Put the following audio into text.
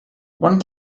one